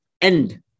end